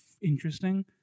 interesting